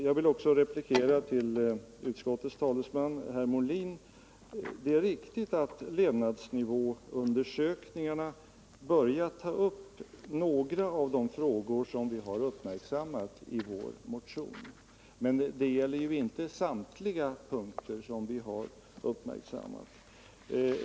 Jag vill också replikera till utskottets talesman herr Molin: Det är riktigt att levnadsnivåundersökningarna börjat ta upp några av de frågor som vi har uppmärksammat i vår motion, men det gäller inte samtliga punkter som vi har berört.